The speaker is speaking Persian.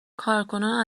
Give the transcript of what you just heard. کارکنان